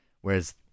Whereas